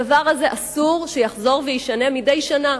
הדבר הזה אסור שיחזור ויישנה מדי שנה,